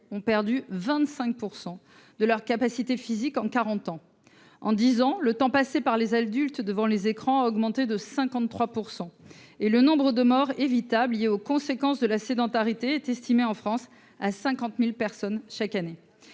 ont perdu 25 % de leurs capacités physiques en quarante ans. En dix ans, le temps passé par les adultes devant des écrans a augmenté de 53 %. Et le nombre de morts évitables liées aux conséquences de la sédentarité est estimé en France à 50 000 chaque année.